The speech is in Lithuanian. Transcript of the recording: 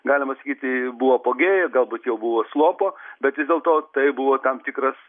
galima sakyti buvo epogėjuj galbūt jau buvo slopo bet vis dėlto tai buvo tam tikras